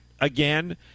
again